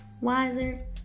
wiser